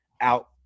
out